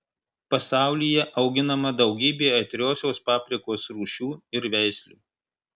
pasaulyje auginama daugybė aitriosios paprikos rūšių ir veislių